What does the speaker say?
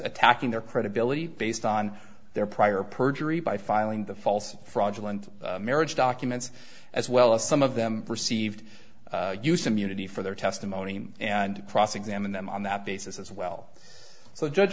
attacking their credibility based on their prior perjury by filing the false fraudulent marriage documents as well as some of them received use immunity for their testimony and cross examine them on that basis as well so judge